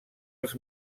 els